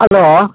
hello